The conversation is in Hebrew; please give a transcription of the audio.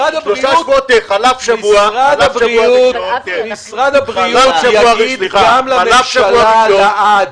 חלף שבוע -- משרד הבריאות יגיד גם לממשלה לעד.